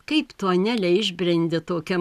kaip tu anele išbrendi tokia